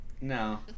No